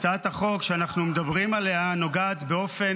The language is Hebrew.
הצעת החוק שאנחנו מדברים עליה נוגעת באופן